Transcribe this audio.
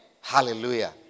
Hallelujah